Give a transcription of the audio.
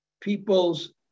people's